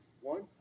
one